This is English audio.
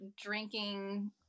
drinking